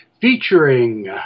featuring